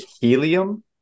Helium